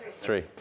Three